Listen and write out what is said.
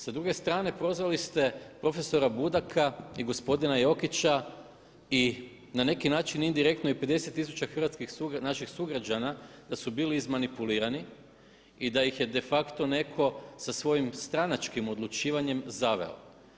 Sa druge strane prozvali ste profesora Budaka i gospodina Jokića i na neki način indirektno i 50 tisuća hrvatskih sugrađana, naših sugrađana da su bili izmanipulirani i da ih je de facto netko sa svojim stranačkim odlučivanjem zaveo.